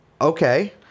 Okay